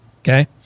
okay